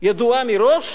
ידועה מראש,